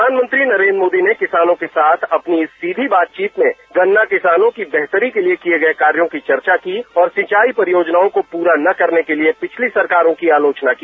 प्रधानमंत्री नरेन्द्र मोदी ने किसानों के साथ अपनी सीधी बातचीत में गन्ना किसानों की बेहतरी के लिए किए गए कार्यो की चर्चा की और सिचाई परियोजनाओं को पूरा न करने के लिए पिछली सरकारों की आलोचना की